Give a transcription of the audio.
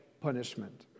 punishment